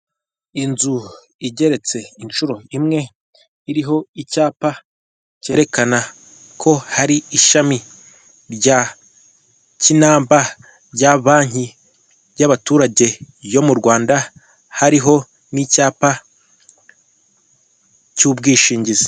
Inzu igeretse inshuro imwe iriho icyapa cyerekana ko hari ishami, rya kinamba bya banki y'abaturage yo mu Rwanda hariho n'icyapa cy'ubwishingizi.